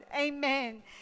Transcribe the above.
Amen